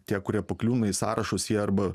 tie kurie pakliūna į sąrašus į arba